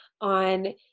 on